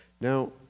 Now